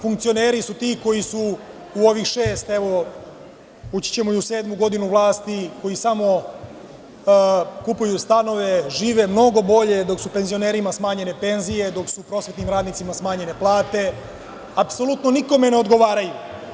Funkcioneri su ti koji su u ovih šest, evo ući ćemo i u sedmu godinu vlasti koji samo kupuju stanove, žive mnogo bolje dok su penzionerima smanjene penzije, dok su prosvetnim radnicima smanjene plate, apsolutno nikome ne odgovaraju.